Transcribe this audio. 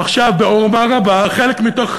עכשיו בעורמה רבה, חלק מתוך